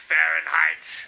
Fahrenheit